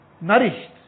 nourished